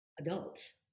adult